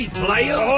player